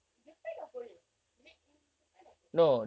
japan or korea made in japan or korea